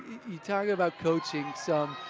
you talk about coaching some.